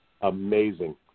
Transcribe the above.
amazing